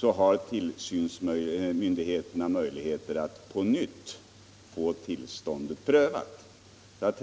känner. har tillsynsmyndigheterna möjligheter att på nytt få tillståndet prövat.